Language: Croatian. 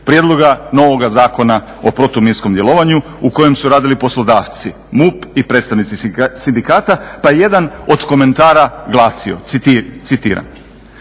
prijedloga novoga zakona o protuminskom djelovanju u kojem su radili poslodavci, MUP i predstavnici sindikata pa je jedan od komentara glasio, citiram: